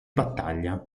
battaglia